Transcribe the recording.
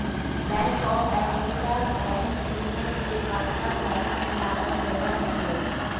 bank of America bank दुनिया के बड़का बैंक में आपन जगह रखेला